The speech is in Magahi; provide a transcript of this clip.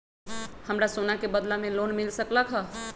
हमरा सोना के बदला में लोन मिल सकलक ह?